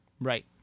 Right